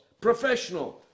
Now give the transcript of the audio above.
professional